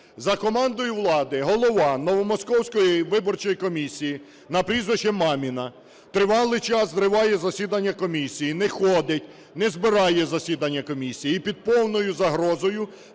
За командою влади голова новомосковської виборчої комісії на прізвище Маміна тривалий час зриває засідання комісії: не ходить, не збирає засідання комісії, – і під повною загрозою